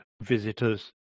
visitors